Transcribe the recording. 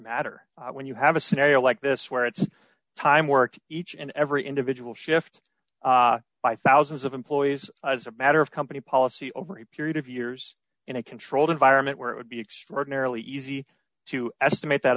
matter when you have a scenario like this where it's time work each and every individual shift by thousands of employees as a matter of company policy over a period of years in a controlled environment where it would be extraordinarily easy to estimate that